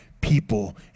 people